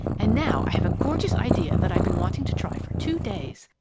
and now, i have a gorgeous idea that i've been wanting to try for two days.